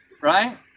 right